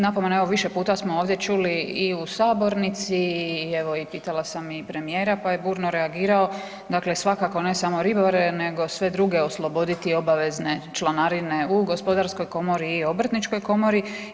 Nakon evo više puta smo ovdje čuli i u sabornici i evo pitala sam i premijera pa je burno reagirao, dakle svakako ne samo ribare nego sve druge osloboditi obavezne članarine u gospodarskoj komori i obrtničkoj komori.